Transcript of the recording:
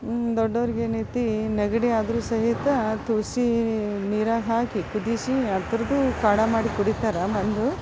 ದೊಡ್ಡೋರಿಗೇನೈತಿ ನೆಗಡಿ ಆದರೂ ಸಹಿತ ತುಳಸಿ ನೀರಾಗ ಹಾಕಿ ಕುದಿಸಿ ಅದ್ರದ್ದು ಮಾಡಿ ಕುಡಿತಾರೆ